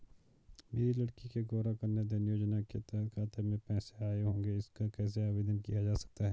मेरी लड़की के गौंरा कन्याधन योजना के तहत खाते में पैसे आए होंगे इसका कैसे आवेदन किया जा सकता है?